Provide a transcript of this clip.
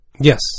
Yes